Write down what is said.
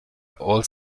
all